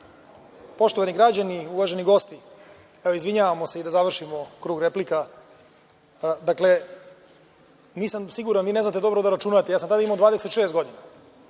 Arsiću. Poštovani građani, uvaženi gosti, izvinjavamo se i da završimo krug replika, dakle, nisam siguran, vi ne znate dobro da računate, ja sam tada imao 26 godina.